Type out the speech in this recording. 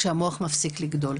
כשהמוח מפסיק לגדול.